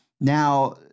Now